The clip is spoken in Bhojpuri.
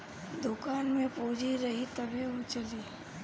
दुकान में पूंजी रही तबे उ चली